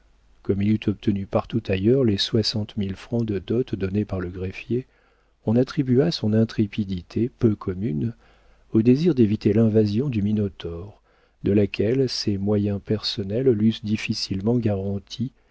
comme il eût obtenu partout ailleurs les soixante mille francs de dot donnés par le greffier on attribua son intrépidité peu commune au désir d'éviter l'invasion du minotaure de laquelle ses moyens personnels l'eussent difficilement garanti